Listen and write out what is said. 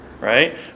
Right